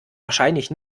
wahrscheinlich